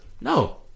No